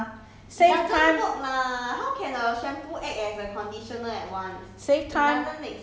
but is some three in one is is okay because it's more convenient mah save time